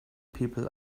people